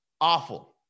awful